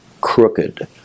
crooked